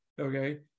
okay